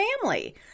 family